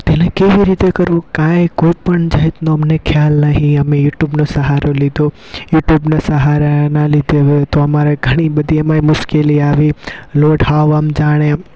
તેને કેવી રીતે કરવું કાંઈ કોઈ પણ જાતનું અમને ખ્યાલ નહીં અમે યુટ્યુબનો સહારો લીધો યુટ્યુબના સહારાના લીધે હવે તો અમારે ઘણીબધી એમાંય મુશ્કેલી આવી લોટ હાવ આમ જાણે